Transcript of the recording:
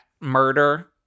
murder